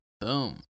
Boom